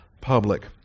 public